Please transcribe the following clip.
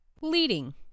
Leading